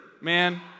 man